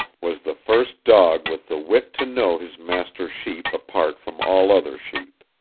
was the first dog with the wit to know his master's sheep apart from all other sheep.